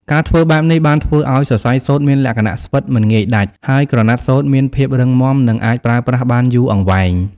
ការធ្វើបែបនេះ បានធ្វើឱ្យសរសៃសូត្រមានលក្ខណៈស្វិត មិនងាយដាច់ ហើយក្រណាត់សូត្រមានភាពរឹងមាំនិងអាចប្រើប្រាស់បានយូរអង្វែង។